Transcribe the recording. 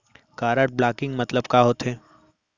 Card blocking मतलब का होथे?